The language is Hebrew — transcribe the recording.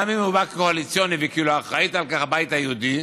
גם אם הוא בא קואליציוני וכאילו הבית היהודי